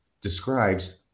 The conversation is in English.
describes